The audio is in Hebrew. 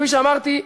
כפי שאמרתי,